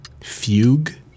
Fugue